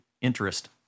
interest